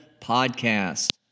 podcast